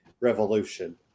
Revolution